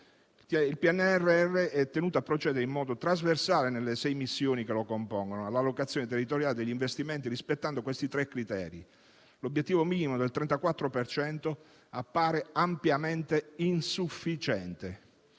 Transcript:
Il PNRR è tenuto a procedere in modo trasversale, nelle sei missioni che lo compongono, con la locazione territoriale degli investimenti rispettando i tre criteri. L'obiettivo minimo del 34 per cento appare ampiamente insufficiente.